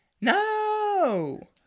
No